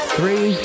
Three